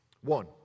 One